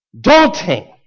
Daunting